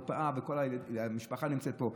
אבל כל המשפחה נמצאת פה.